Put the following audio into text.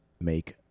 make